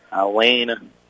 Wayne